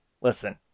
Listen